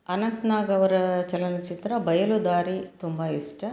ಅನಂತ್ ನಾಗ್ ಅವರ ಚಲನಚಿತ್ರ ಬಯಲುದಾರಿ ತುಂಬ ಇಷ್ಟ